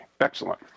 excellent